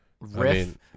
riff